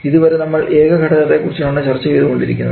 ഇതുവരെ നമ്മൾ ഏക ഘടകത്തെ കുറിച്ചാണ് ചർച്ച ചെയ്തു കൊണ്ടിരുന്നത്